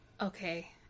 Okay